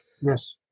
Yes